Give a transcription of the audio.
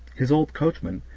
his old coachman,